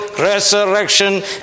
resurrection